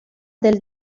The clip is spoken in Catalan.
del